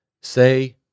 say